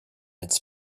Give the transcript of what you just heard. its